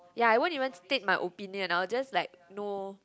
ya I wouldn't even take my opinion I'll just like know